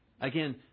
Again